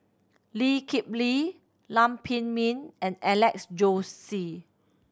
Lee Kip Lee Lam Pin Min and Alex Josey